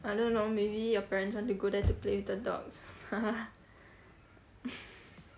I don't know maybe you parents like to go down and play with the dogs